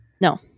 No